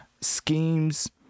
schemes